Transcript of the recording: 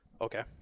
Okay